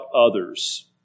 others